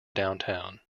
downtown